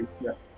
Yes